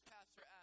Pastor